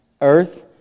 Earth